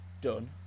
done